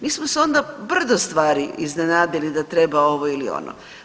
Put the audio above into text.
Mi smo se onda brdo stvari iznenadili da treba ovo ili ono.